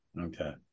Okay